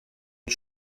une